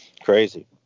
Crazy